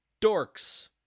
Dorks